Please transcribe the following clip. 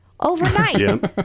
overnight